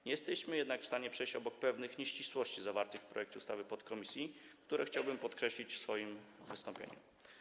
Nie jesteśmy jednak w stanie przejść obok pewnych nieścisłości zawartych w projekcie ustawy podkomisji, które chciałbym podkreślić w swoim wystąpieniu.